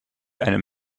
einem